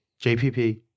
JPP